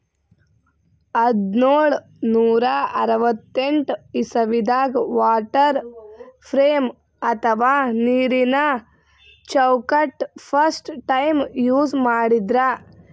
ಹದ್ದ್ನೋಳ್ ನೂರಾ ಅರವತ್ತೆಂಟ್ ಇಸವಿದಾಗ್ ವಾಟರ್ ಫ್ರೇಮ್ ಅಥವಾ ನೀರಿನ ಚೌಕಟ್ಟ್ ಫಸ್ಟ್ ಟೈಮ್ ಯೂಸ್ ಮಾಡಿದ್ರ್